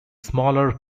smaller